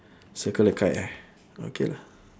circle the kite eh okay lah